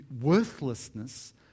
worthlessness